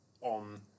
on